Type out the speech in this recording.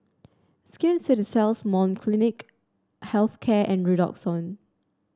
Skin Ceuticals Molnylcke Health Care and Redoxon